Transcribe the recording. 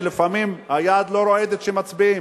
שלפעמים היד לא רועדת כשמצביעים.